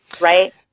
Right